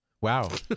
Wow